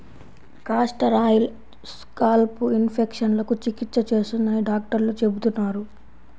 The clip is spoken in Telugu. కాస్టర్ ఆయిల్ స్కాల్ప్ ఇన్ఫెక్షన్లకు చికిత్స చేస్తుందని డాక్టర్లు చెబుతున్నారు